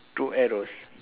two arrows